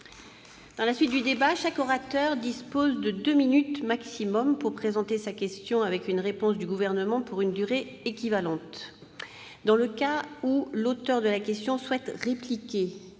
collègues, chaque orateur dispose de deux minutes maximum pour présenter sa question, avec une réponse du Gouvernement pour une durée équivalente. Dans le cas où l'auteur de la question souhaite répliquer,